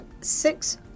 six